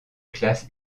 classe